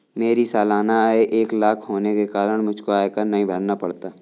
मेरी सालाना आय एक लाख होने के कारण मुझको आयकर नहीं भरना पड़ता